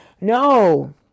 No